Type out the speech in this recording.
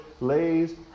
lays